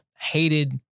hated